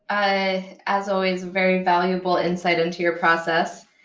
ah as always, very valuable insight into your process.